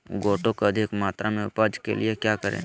गोटो की अधिक मात्रा में उपज के लिए क्या करें?